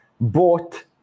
bought